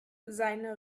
seine